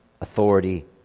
authority